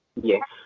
Yes